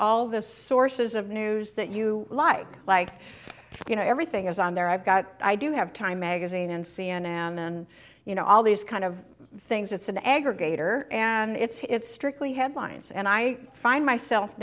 all the sources of news that you like like you know everything is on there i've got i do have time magazine and c n n and you know all these kind of things it's an aggregator and it's strictly headlines and i find myself